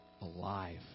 alive